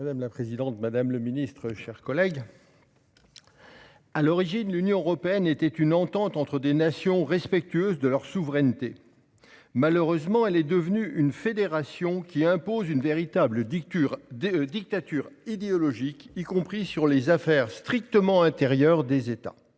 Madame la présidente, madame la secrétaire d'État, mes chers collègues, à l'origine, l'Union européenne était une entente entre des nations respectueuses de leur souveraineté. Malheureusement, elle est devenue une fédération qui impose une véritable dictature idéologique, y compris pour ce qui concerne les affaires strictement intérieures des États.